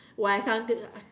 when I come